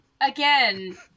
Again